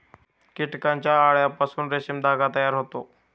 कीटकांच्या अळ्यांपासून रेशीम धागा तयार होतो